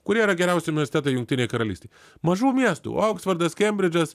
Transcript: kurie yra geriausi universitetai jungtinėj karalystėj mažų miestų oksfordas kembridžas